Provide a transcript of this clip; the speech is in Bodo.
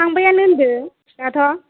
थांबायानो होन्दो दाथ'